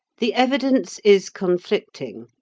the evidence is conflicting.